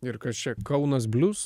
ir kas čia kaunas blues